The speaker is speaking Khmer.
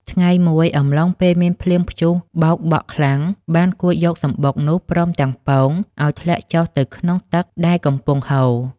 ថ្ងៃមួយ អំឡុងពេលមានភ្លៀងព្យុះបោកបក់ខ្លាំង បានគួចយកសំបុកនោះ ព្រមទាំងពង ឲ្យធ្លាក់ចុះទៅក្នុងទឹកដែលកំពុងហូរ។